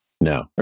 no